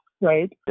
Right